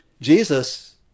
Jesus